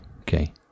okay